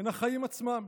הן החיים עצמם.